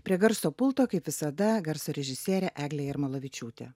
prie garso pulto kaip visada garso režisierė eglė jarmolavičiūtė